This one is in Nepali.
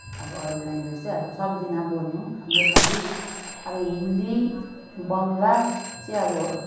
अब अरू लेङ्ग्वेज चाहिँ अब सक्दिनँ बोल्नु अब नेपाली अब हिन्दी बङ्गला चाहिँ अब